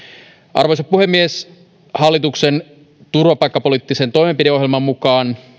arvoisa puhemies hallituksen turvapaikkapoliittisen toimenpideohjelman mukaan